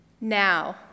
Now